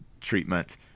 treatment